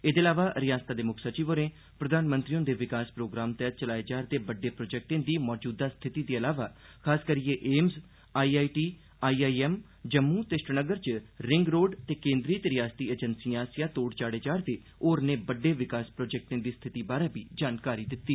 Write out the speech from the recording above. एह्दे अलावा रिआसता दे मुक्ख सचिव होरें प्रधानमंत्री हुंदे विकास प्रोग्राम तैहत चलाए जा'रदे बड़डे प्रोजेक्टें दी मौजूदा स्थिति दे अलावा खासकरियै AIIMS I I T I I M Jammu ते श्रीनगर च रिंग रोड ते केन्द्री ते रिआसती एजेंसिएं आसेआ तोढ़ चाढ़े जा रदे होरनें बड़डे विकास प्रोजेक्टें दी स्थिति बारै बी जानकारी दित्ती